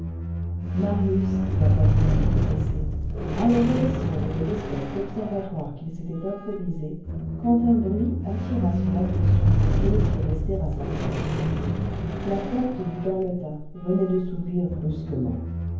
marius la poitrine oppressée allait redescendre de l'espèce d'observatoire qu'il s'était improvisé quand un bruit attira son attention et le fit rester à sa place la porte du galetas venait de s'ouvrir brusquement